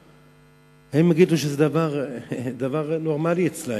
הם יגידו שזה דבר נורמלי אצלם.